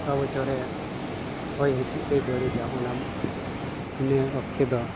ᱚᱠᱟ ᱵᱚᱪᱷᱚᱨ ᱨᱮ ᱦᱚᱭ ᱦᱤᱸᱥᱤᱫ ᱛᱮᱭ ᱵᱟᱹᱲᱤᱡᱟ ᱚᱱᱟ ᱤᱱᱟᱹ ᱚᱠᱛᱮ ᱫᱚ